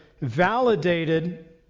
validated